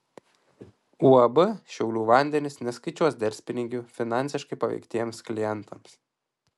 uab šiaulių vandenys neskaičiuos delspinigių finansiškai paveiktiems klientams